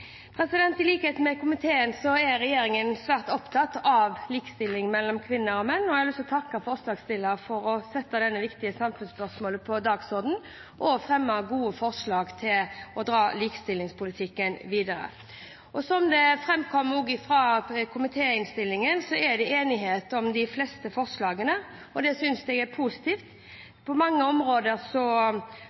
I likhet med komiteen er regjeringen svært opptatt av likestilling mellom kvinner og menn. Jeg har lyst til å takke forslagsstillerne for å sette dette viktige samfunnsspørsmålet på dagsordenen og for å fremme gode forslag til å ta likestillingspolitikken videre. Som det framkommer av komitéinnstillingen, er det enighet om de fleste forslagene. Det synes jeg er positivt. På mange